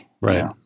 right